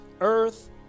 earth